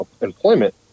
employment